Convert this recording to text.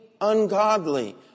ungodly